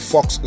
Fox